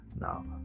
Now